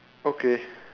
okay